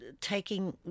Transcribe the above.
taking